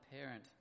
parent